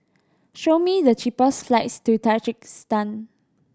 show me the cheapest flights to Tajikistan